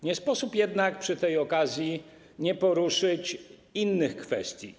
Nie sposób jednak przy tej okazji nie poruszyć innych kwestii.